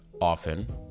often